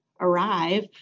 arrive